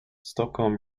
stockholm